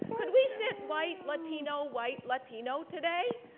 could we sit white, latino, white, latino today?